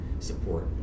Support